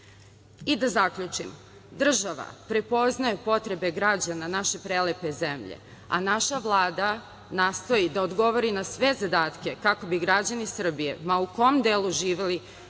zaključim, država prepoznaje potrebe građana naše prelepe zemlje, a naša Vlada nastoji da odgovori na sve zadatke kako bi građani Srbije ma u kom delu živeli